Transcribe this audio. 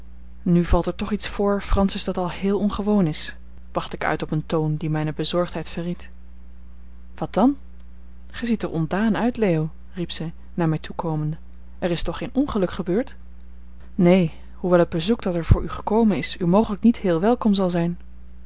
nu toch valt er iets voor francis dat al heel ongewoon is bracht ik uit op een toon die mijne bezorgdheid verried wat dan gij ziet er ontdaan uit leo riep zij naar mij toekomende er is toch geen ongeluk gebeurd neen hoewel het bezoek dat er voor u gekomen is u mogelijk niet heel welkom zal zijn